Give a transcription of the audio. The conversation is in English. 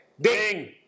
Ding